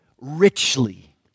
richly